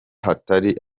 hatari